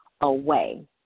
away